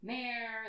Mayor